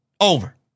over